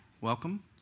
Welcome